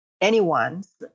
anyone's